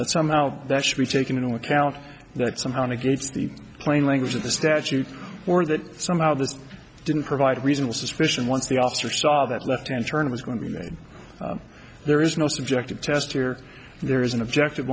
that somehow that should be taken into account that somehow negates the plain language of the statute or that somehow this didn't provide reasonable suspicion once the officer saw that left hand turn was going to be then there is no subjective test here there is an objective